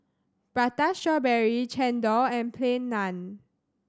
Prata Strawberry Chendol and Plain Naan